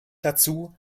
dazu